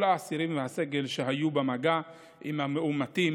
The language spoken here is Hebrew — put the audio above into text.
כל האסירים והסגל שהיו במגע עם המאומתים